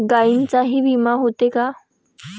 गायींचाही विमा होते का?